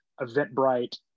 Eventbrite